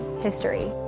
history